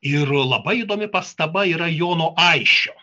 ir labai įdomi pastaba yra jono aisčio